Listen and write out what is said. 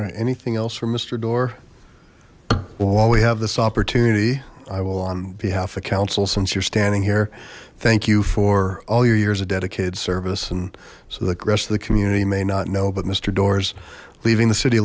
right anything else for mister doar well while we have this opportunity i will on behalf of council since you're standing here thank you for all your years of dedicated service and so the rest of the community may not know but mister dores leaving the city